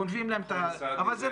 גונבים להם את ה --- חבר הכנסת סעדי,